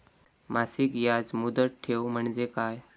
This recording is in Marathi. मासिक याज मुदत ठेव म्हणजे काय?